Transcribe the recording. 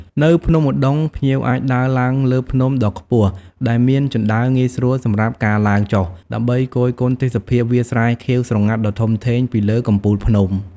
នៅភ្នំឧដុង្គ ភ្ញៀវអាចដើរឡើងលើភ្នំដ៏ខ្ពស់ដែលមានជណ្ដើរងាយស្រួលសម្រាប់ការឡើងចុះ ដើម្បីគយគន់ទេសភាពវាលស្រែខៀវស្រងាត់ដ៏ធំធេងពីលើកំពូលភ្នំ។